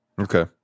Okay